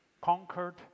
conquered